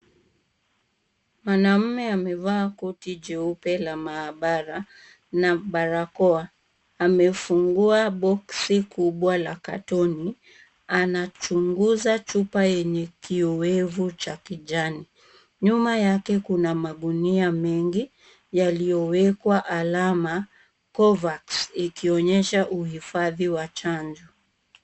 Mwanamme amevaa koti cheupe la maabara na barakoa , amefungua box (cs) kubwa la katoni ,anachunguza chupa yenye kioevu Cha kijani , nyuma yake Kuna magunia mengi yaliyowekwa alama Covax ikionyesha uifadhi wa chanjo.